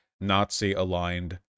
Nazi-aligned